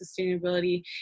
sustainability